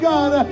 God